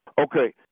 Okay